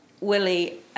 Willie